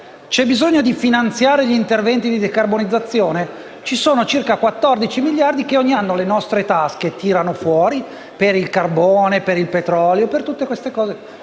C'è bisogno di finanziare gli interventi di decarbonizzazione? Ci sono circa 14 miliardi di euro che ogni anno le nostre tasche tirano fuori per il carbone, per il petrolio e per tutte queste cose.